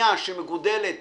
העגבנייה שמגודלת